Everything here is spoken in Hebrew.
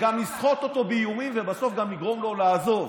וגם נסחט אותו באיומים, ובסוף גם נגרום לעזוב.